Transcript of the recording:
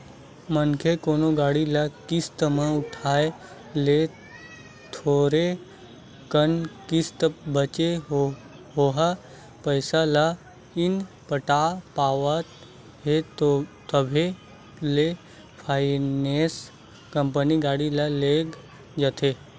मनखे कोनो गाड़ी ल किस्ती म उठाय हे थोरे कन किस्ती बचें ओहा पइसा ल नइ पटा पावत हे तभो ले फायनेंस कंपनी गाड़ी ल लेग जाथे